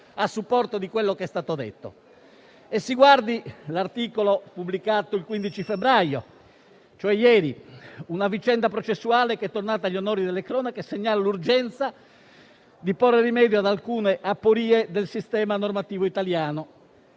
a supporto di quello che è stato detto. Si legga l'articolo pubblicato il 15 febbraio, cioè ieri: è una vicenda processuale tornata agli onori delle cronache, che segnala l'urgenza di porre rimedio ad alcune aporie del sistema normativo italiano.